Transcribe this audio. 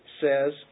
says